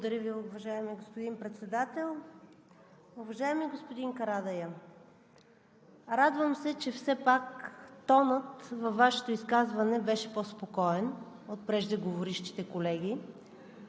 Благодаря Ви, уважаеми господин Председател. Уважаеми господин Карадайъ, радвам се, че все пак тонът във Вашето изказване беше по-спокоен от преждеговорившите колеги.